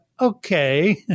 okay